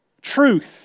truth